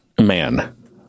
man